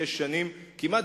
לפני שש שנים כמעט,